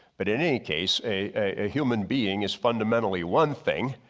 but in any case a human being is fundamentally one thing,